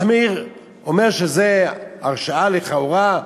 מחמיר, אומר שזה הרשעה לכאורה,